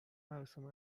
مراسم